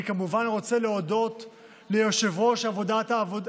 אני כמובן רוצה להודות ליושב-ראש ועדת העבודה,